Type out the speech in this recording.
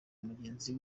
mugenzi